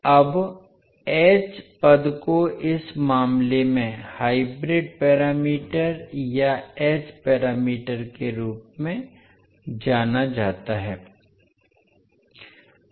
अब h पद को इस मामले में हाइब्रिड पैरामीटर या h पैरामीटर के रूप में जाना जाता है